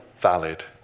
valid